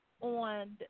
on